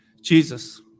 Jesus